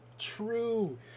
true